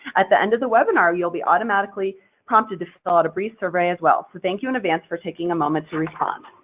at the end of the webinar you will be automatically prompted to fill out a brief survey as well, so thank you in advance for taking a moment to respond.